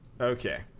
Okay